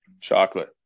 Chocolate